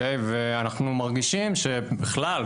ואנחנו מרגישים שבכלל,